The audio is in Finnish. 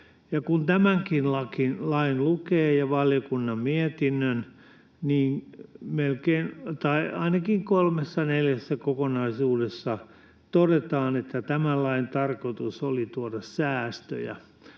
kun tämänkin lain ja valiokunnan mietinnön lukee, niin ainakin kolmessa, neljässä, kokonaisuudessa todetaan, että tämän lain tarkoitus oli tuoda säästöjä